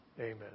Amen